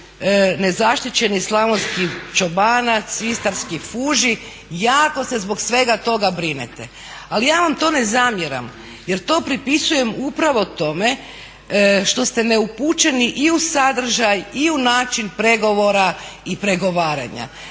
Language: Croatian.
nezaštićeni slavonski čobanac, istarski fuži, jako se zbog svega toga brinete, ali ja vam to ne zamjeram jer to pripisujem upravo tome što ste neupućeni i u sadržaj, i u način pregovora i pregovaranja.